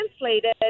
translated